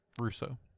russo